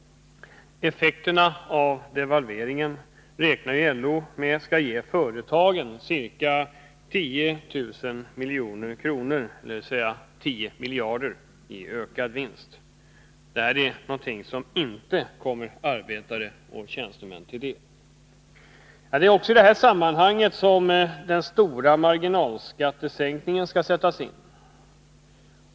Effekterna av devalveringen räknar LO med skall ge företagen ca 10 miljarder kronor i ökad vinst, något som inte kommer arbetare och tjänstemän till del. Nr 53 Det är också i detta sammanhang som den stora marginalskattesänkningen Torsdagen den skall sättas in.